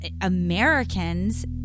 Americans